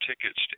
tickets